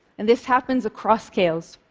and this happens across scales.